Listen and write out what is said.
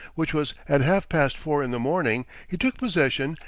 which was at half-past four in the morning, he took possession,